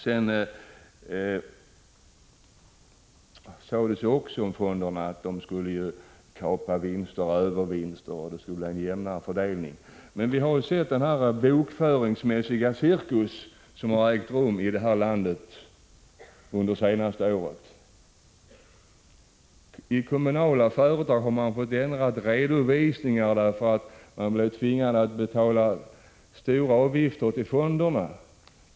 Det sades också att fonderna skulle kapa övervinsterna så att det skulle bli en' jämnare fördelning. Men vi har ju sett vilken bokföringsmässig cirkus det blivit under det senaste året här i landet. Kommunala företag har fått ändra redovisningarna därför att de varit tvungna att betala stora avgifter till fonderna.